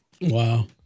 Wow